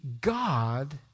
God